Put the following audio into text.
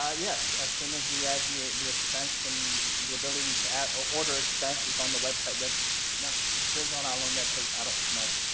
yeah yes. as soon as we add the ah the expansion, the ability to add ah order expansions on the website that now depends on how ah long that takes. i don't know.